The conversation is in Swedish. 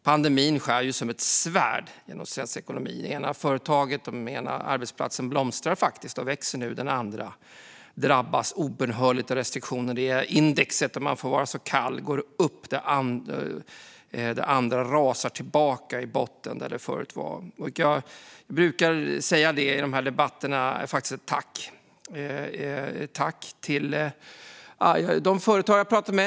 Pandemin skär som ett svärd genom svensk ekonomi. Det ena företaget och den ena arbetsplatsen blomstrar och växer, och den andra drabbas obönhörligt av restriktioner. Det ena indexet - om man får vara så kall - går upp, och det andra rasar tillbaka till botten där det tidigare var. Jag brukar i de här debatterna rikta ett tack till de företag jag pratar med.